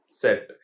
set